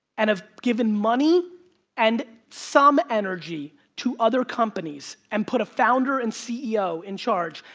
and have given money and some energy to other companies and put a founder and ceo in charge,